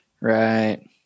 Right